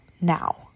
now